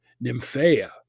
Nymphaea